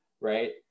right